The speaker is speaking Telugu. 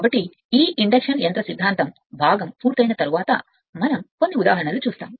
కాబట్టి ఈ ఇండక్షన్ యంత్ర సిద్ధాంతం భాగం పూర్తయిన తరువాత మనం కొన్ని ఉదాహరణలు చూస్తాము